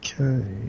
Okay